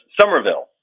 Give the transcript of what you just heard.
Somerville